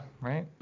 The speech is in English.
right